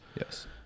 Yes